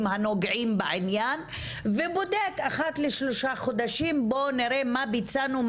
הנוגעים בעניין ובודק אחת לשלושה חודשים בוא נראה מה ביצענו,